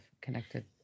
connected